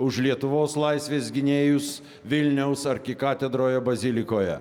už lietuvos laisvės gynėjus vilniaus arkikatedroje bazilikoje